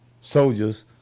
soldiers